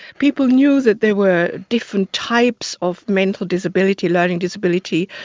people knew that there were different types of mental disability, learning disability,